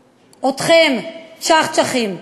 אתכם, צ'חצ'חים?